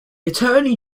attorney